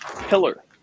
pillar